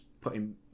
putting